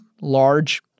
large